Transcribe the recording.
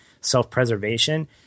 self-preservation